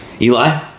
Eli